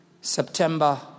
September